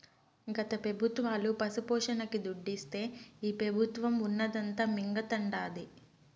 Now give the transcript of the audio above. గత పెబుత్వాలు పశుపోషణకి దుడ్డిస్తే ఈ పెబుత్వం ఉన్నదంతా మింగతండాది